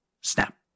Snap